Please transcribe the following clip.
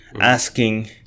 asking